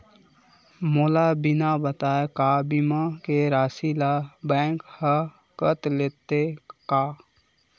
मोला बिना बताय का बीमा के राशि ला बैंक हा कत लेते का?